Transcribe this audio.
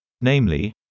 Namely